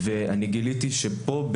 אני גילית שפה,